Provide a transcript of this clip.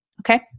Okay